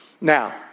Now